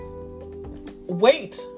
Wait